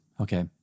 okay